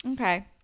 Okay